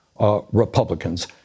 Republicans